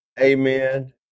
amen